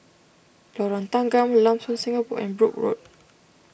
Lorong Tanggam Lam Soon Singapore and Brooke Road